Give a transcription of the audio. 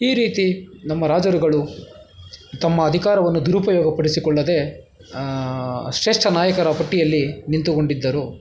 ಈ ರೀತಿ ನಮ್ಮ ರಾಜರುಗಳು ತಮ್ಮ ಅಧಿಕಾರವನ್ನು ದುರುಪಯೋಗ ಪಡಿಸಿಕೊಳ್ಳದೆ ಶ್ರೇಷ್ಠ ನಾಯಕರ ಪಟ್ಟಿಯಲ್ಲಿ ನಿಂತುಕೊಂಡಿದ್ದರು